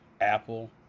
Apple